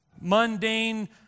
Mundane